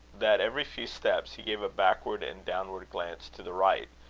that, every few steps, he gave a backward and downward glance to the right,